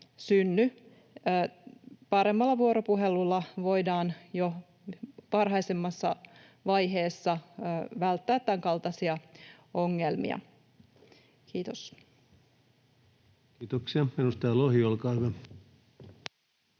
Paremmalla vuoropuhelulla voidaan jo varhaisemmassa vaiheessa välttää tämänkaltaisia ongelmia. — Kiitos. Kiitoksia. — Edustaja Lohi, olkaa hyvä.